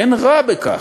אין רע בכך.